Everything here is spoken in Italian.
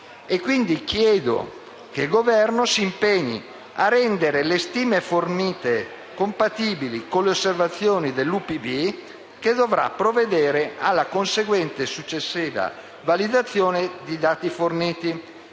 Chiedo quindi che il Governo si impegni a rendere le stime fornite compatibili con le osservazioni dell'UPB che dovrà provvedere alla conseguente successiva validazione dei dati forniti,